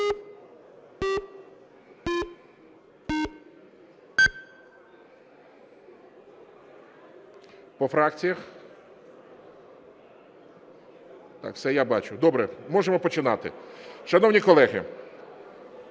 Добре. Можемо починати. Шановні колеги,